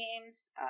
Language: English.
games